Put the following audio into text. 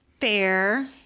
fair